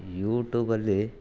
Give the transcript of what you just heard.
ಯೂಟೂಬಲ್ಲಿ